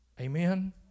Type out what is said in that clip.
Amen